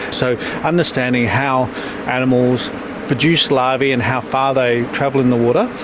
so understanding how animals produce larvae and how far they travel in the water,